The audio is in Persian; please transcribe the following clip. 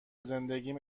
زندگیم